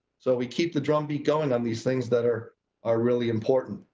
so we keep the drum beat going on these things that are are really important.